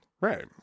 Right